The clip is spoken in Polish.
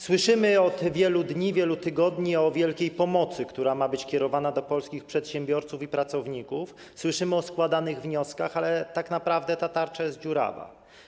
Słyszymy od wielu dni, wielu tygodni o wielkiej pomocy, która ma być kierowana do polskich przedsiębiorców i pracowników, słyszymy o składanych wnioskach, ale tak naprawdę ta tarcza jest dziurawa.